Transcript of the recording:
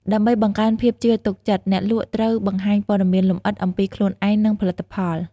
ដើម្បីបង្កើនភាពជឿទុកចិត្ត អ្នកលក់ត្រូវបង្ហាញព័ត៌មានលម្អិតអំពីខ្លួនឯង និងផលិតផល។